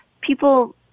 People